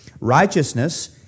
Righteousness